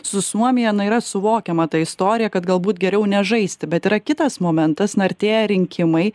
su suomija na yra suvokiama ta istorija kad galbūt geriau nežaisti bet yra kitas momentas na artėja rinkimai